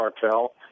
cartel